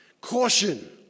Caution